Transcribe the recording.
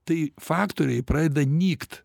tai faktoriai pradeda nykt